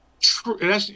true